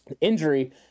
injury